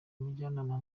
umujyanama